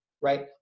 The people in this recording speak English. right